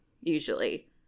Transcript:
usually